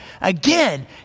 Again